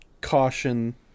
caution